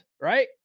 Right